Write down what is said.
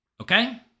okay